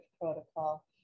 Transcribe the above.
protocol